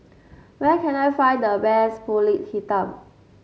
where can I find the best pulut Hitam